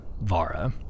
Vara